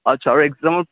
আচ্ছা আৰু একজামৰ